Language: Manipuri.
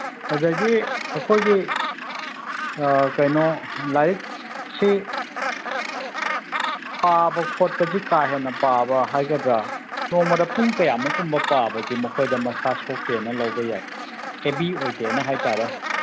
ꯑꯗꯒꯤ ꯑꯩꯈꯣꯏꯒꯤ ꯀꯩꯅꯣ ꯂꯥꯏꯔꯤꯛꯁꯤ ꯄꯥꯕ ꯈꯣꯠꯄꯁꯤ ꯀꯥ ꯍꯦꯟꯅ ꯄꯥꯕ ꯍꯥꯏꯒꯗ꯭ꯔꯥ ꯅꯣꯡꯃꯗ ꯄꯨꯡ ꯀꯌꯥꯃꯨꯛꯀꯨꯝꯕ ꯄꯥꯕꯁꯤ ꯃꯈꯣꯏꯗ ꯃꯁꯥ ꯁꯣꯛꯇꯦꯅ ꯂꯧꯕ ꯌꯥꯏ ꯍꯦꯕꯤ ꯑꯣꯏꯗꯦꯅ ꯍꯥꯏ ꯇꯥꯔꯦ